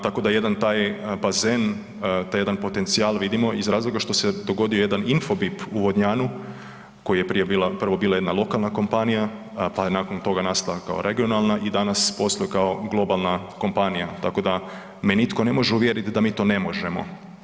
Tako da taj jedna bazen, taj jedan potencijal vidimo iz razloga što se dogodio jedan Infobip u Vodnjanju koja je prvo bila jedna lokalna kompanija pa je nakon toga nastala kao regionalna i danas posluje kao globalna kompanija, tako da me nitko ne može uvjeriti da mi to ne možemo.